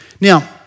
Now